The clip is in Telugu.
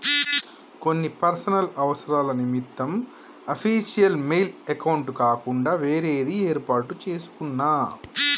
కొన్ని పర్సనల్ అవసరాల నిమిత్తం అఫీషియల్ మెయిల్ అకౌంట్ కాకుండా వేరేది యేర్పాటు చేసుకున్నా